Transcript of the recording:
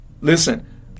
Listen